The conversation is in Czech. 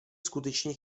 skutečně